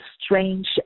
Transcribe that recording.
strange